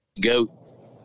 goat